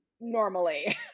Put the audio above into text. normally